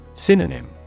Synonym